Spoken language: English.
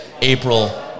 April